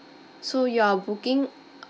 so you are booking